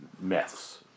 myths